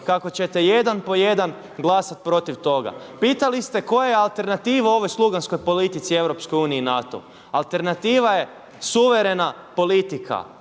kako ćete jedan po jedan glasat protiv toga. Pitali ste koja je alternativa ovoj sluganskoj politici EU i NATO-u. Alternativa je suverena politika,